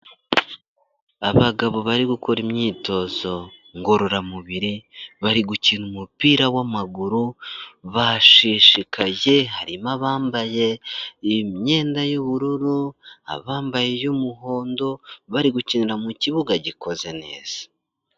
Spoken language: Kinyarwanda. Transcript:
Abagabo bari gukora imyitozo ngororamubiri, bari gukina umupira w'amaguru, bashishikaye, harimo abambaye imyenda y'ubururu, abambaye'umuhondo, bari gukinira mu kibuga gikoze neza.